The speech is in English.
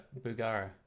bugara